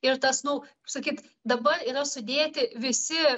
ir tas nu sakyt dabar yra sudėti visi